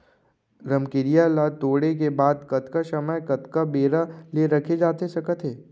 रमकेरिया ला तोड़े के बाद कतका समय कतका बेरा ले रखे जाथे सकत हे?